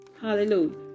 hallelujah